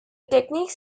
techniques